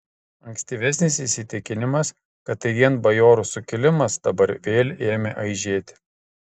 ankstyvesnis įsitikinimas kad tai vien bajorų sukilimas dabar vėl ėmė aižėti